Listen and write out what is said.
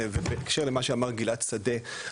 בהקשר למה שאמר גלעד שדה,